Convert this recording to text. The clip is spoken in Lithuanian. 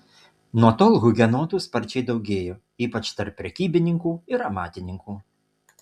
nuo tol hugenotų sparčiai daugėjo ypač tarp prekybininkų ir amatininkų